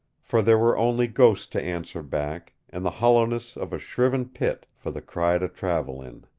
for there were only ghosts to answer back and the hollowness of a shriven pit for the cry to travel in.